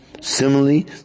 Similarly